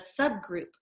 subgroup